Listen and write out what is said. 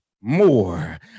more